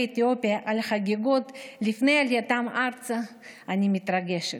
אתיופיה על החגיגות לפני עלייתם ארצה אני מתרגשת.